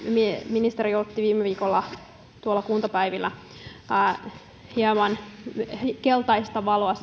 ministeri näytti viime viikolla kuntapäivillä hieman keltaista valoa